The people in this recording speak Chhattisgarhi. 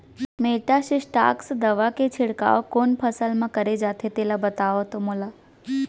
मेटासिस्टाक्स दवा के छिड़काव कोन फसल म करे जाथे तेला बताओ त मोला?